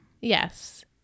yes